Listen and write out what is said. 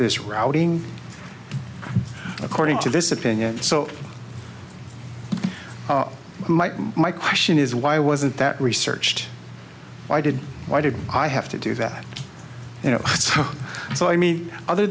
this routing according to this opinion so my my question is why wasn't that researched why did why did i have to do that you know so i mean other